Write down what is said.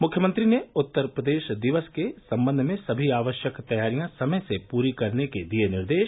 मुख्यमंत्री ने उत्तर प्रदेश दिवस के संबंध में सभी आवश्यक तैयारियां समय से पूरी करने के दिये निर्देश